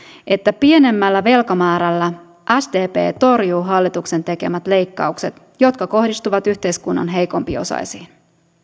että pienemmällä velkamäärällä sdp torjuu hallituksen tekemät leikkaukset jotka kohdistuvat yhteiskunnan heikompiosaisiin